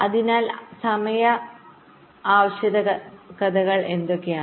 അതിനാൽ സമയ ആവശ്യകതകൾ എന്തൊക്കെയാണ്